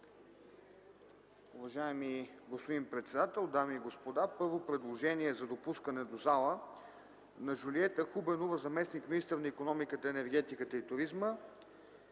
Уважаеми господин председател, дами и господа! Правя предложение за допускане в залата на Жулиета Хубенова – заместник-министър на икономиката, енергетиката и туризма;